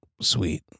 sweet